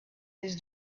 his